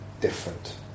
different